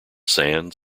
sand